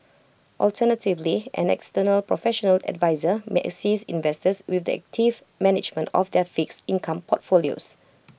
alternatively an external professional adviser may assist investors with the active management of their fixed income portfolios